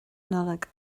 nollag